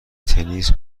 تنیس